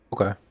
Okay